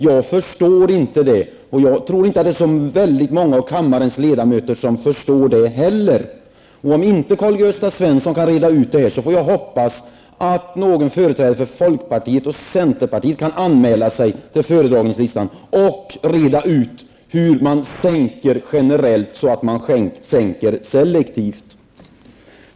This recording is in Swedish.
Jag förstår inte det här. Jag tror för övrigt att det inte är särskilt många av kammarens ledamöter som förstår detta. Jag hoppas att, om nu Karl-Gösta Svenson inte kan reda ut hur det förhåller sig, någon företrädare för folkpartiet och centerpartiet anmäler sig på talarlistan. Det måste alltså redas ut hur det går till att sänka generellt samtidigt som man sänker selektivt.